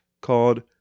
called